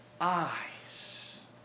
eyes